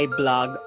blog